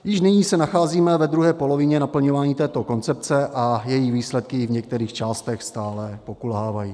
Již nyní se nacházíme ve druhé polovině naplňování této koncepce a její výsledky v některých částech stále pokulhávají.